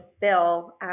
bill